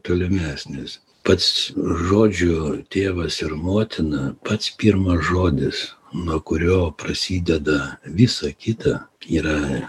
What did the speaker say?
tolimesnės pats žodžių tėvas ir motina pats pirmas žodis nuo kurio prasideda visa kita yra